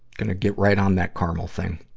gonna get right on that carmel thing.